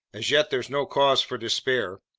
as yet there's no cause for despair.